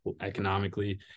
economically